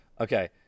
Okay